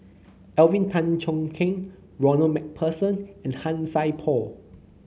Alvin Tan Cheong Kheng Ronald MacPherson and Han Sai Por